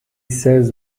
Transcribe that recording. says